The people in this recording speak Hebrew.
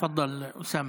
תפדל, אוסאמה.